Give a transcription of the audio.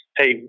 hey